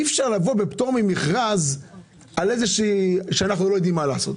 אי אפשר לבוא בפטור ממכרז כשאנחנו לא יודעים מה לעשות.